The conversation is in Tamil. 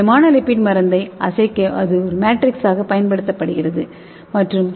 திடமான லிப்பிட் மருந்தை அசைக்க ஒரு மேட்ரிக்ஸாக பயன்படுத்தப்படுகிறது மற்றும்